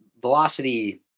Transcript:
velocity